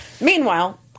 Meanwhile